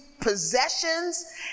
possessions